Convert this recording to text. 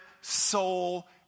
soul